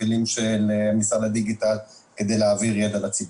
כלים של משרד הדיגיטל כדי להעביר ידע לציבור.